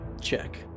check